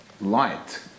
light